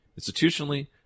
Institutionally